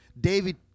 David